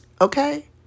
okay